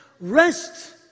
rest